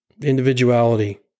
Individuality